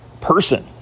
person